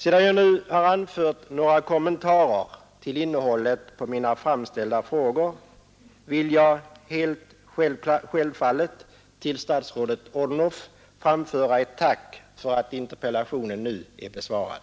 Sedan jag härmed har anfört några kommentarer till innehållet i mina frågor, vill jag helt självfallet till statsrådet Odhnoff framföra ett tack för att interpellationen nu är besvarad.